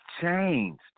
changed